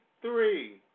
three